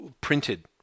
printed